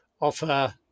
offer